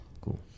Cool